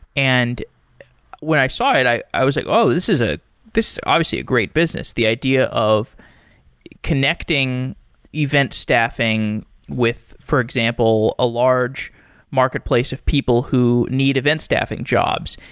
and when i saw it, i i was like, oh! this is ah obviously a great business, the idea of connecting event staffing with, for example, a large marketplace of people who need event staffing jobs,